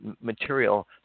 material